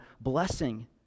blessing